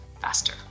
faster